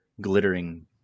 glittering